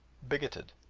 bigoted,